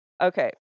Okay